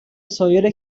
سایر